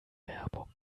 werbung